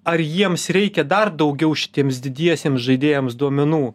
ar jiems reikia dar daugiau šitiems didiesiems žaidėjams duomenų